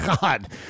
God